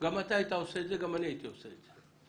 גם אתה היית עושה את זה, גם אני הייתי עושה את זה.